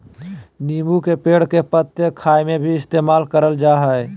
नींबू के पेड़ के पत्ते खाय में भी इस्तेमाल कईल जा हइ